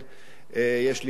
יש לי בית שמה,